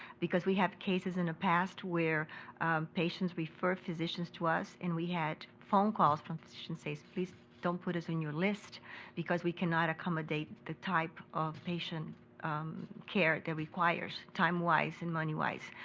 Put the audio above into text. because we have cases in the past where patients refer physicians to us, and we had phone calls from physicians saying please don't put us on your list because we cannot accommodate the type of patient care that requires, time-wise and money-wise.